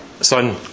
Son